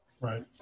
Right